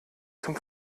zum